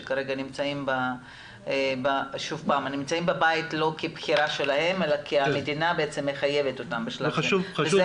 שכרגע נמצאים בבית לא כבחירה שלהם אלא כי המדינה מחייבת אותם בשלב הזה.